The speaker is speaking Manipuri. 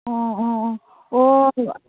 ꯑꯣ ꯑꯣ ꯑꯣ ꯑꯣ